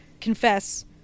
confess